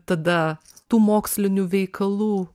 tada tų mokslinių veikalų